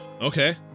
okay